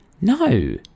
no